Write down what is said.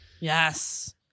yes